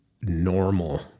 normal